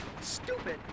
Stupid